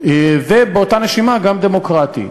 ובאותה נשימה גם דמוקרטי.